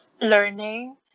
learning